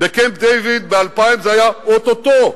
בקמפ-דייוויד, ב-2000, זה היה או-טו-טו.